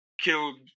killed